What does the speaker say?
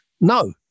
No